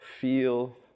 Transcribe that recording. feel